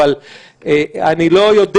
אבל אני לא יודע